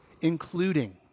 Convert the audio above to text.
including